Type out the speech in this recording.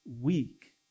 weak